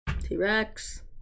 T-Rex